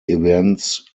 events